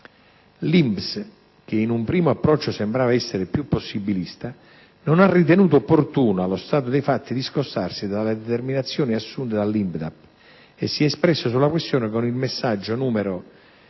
L'INPS, che in un primo approccio sembrava essere più possibilista, non ha ritenuto opportuno, allo stato dei fatti, discostarsi dalle determinazioni assunte dall'INPDAP e si è espressa sulla questione con il messaggio n.